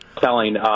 Selling